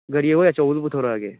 ꯒꯥꯔꯤ ꯑꯩꯈꯣꯏ ꯑꯆꯧꯕꯗꯣ ꯄꯨꯊꯣꯔꯛꯑꯒꯦ